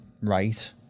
right